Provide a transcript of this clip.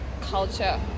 culture